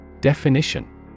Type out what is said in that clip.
Definition